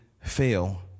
fail